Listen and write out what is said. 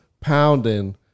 pounding